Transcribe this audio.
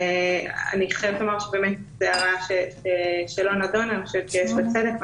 אני חייבת לומר הערה שלא נדונה ואני חושבת שיש לה חלק.